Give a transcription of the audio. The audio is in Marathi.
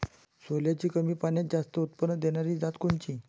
सोल्याची कमी पान्यात जास्त उत्पन्न देनारी जात कोनची?